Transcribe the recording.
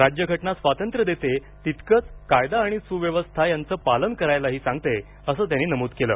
राज्यघटना स्वातंत्र्य देते तितकंच कायदा आणि सुव्यवस्था यांचं पालन करायलाही सांगते असं त्यांनी नमूद केलं